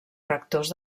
rectors